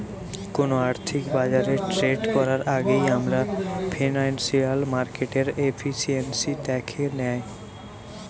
কোনো আর্থিক বাজারে ট্রেড করার আগেই আমরা ফিনান্সিয়াল মার্কেটের এফিসিয়েন্সি দ্যাখে নেয়